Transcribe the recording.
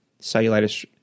cellulitis